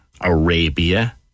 Arabia